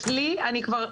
אני החלטתי,